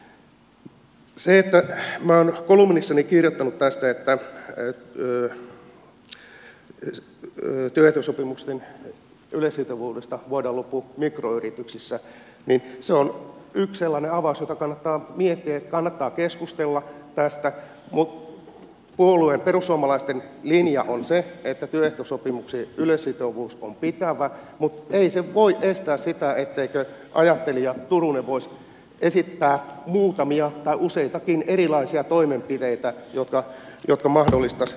se että minä olen kolumnissani kirjoittanut tästä että työehtosopimusten yleissitovuudesta voidaan luopua mikroyrityksissä on yksi sellainen avaus jota kannattaa miettiä kannattaa keskustella tästä mutta puolueen perussuomalaisten linja on se että työehtosopimuksien yleissitovuus on pitävä mutta ei se voi estää sitä ettei ajattelija turunen voisi esittää muutamia tai useitakin erilaisia toimenpiteitä jotka mahdollistaisivat yritystoimintaa